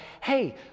hey